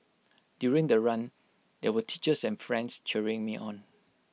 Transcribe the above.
during the run there were teachers and friends cheering me on